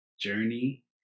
journey